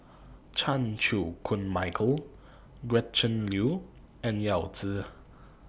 Chan Chew Koon Michael Gretchen Liu and Yao Zi